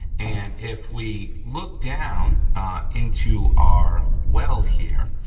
and if we look down into our well here,